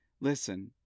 listen